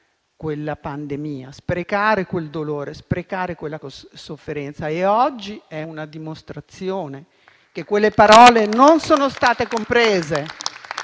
quella pandemia, sprecare quel dolore, sprecare quella sofferenza. Oggi è la dimostrazione che quelle parole non sono state comprese.